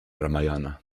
ramayana